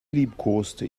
liebkoste